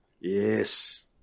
Yes